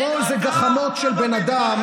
הכול זה גחמות של בן אדם.